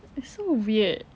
it's so weird